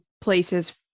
places